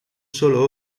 solo